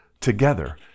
together